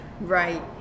Right